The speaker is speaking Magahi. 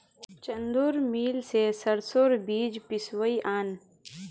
चंदूर मिल स सरसोर बीज पिसवइ आन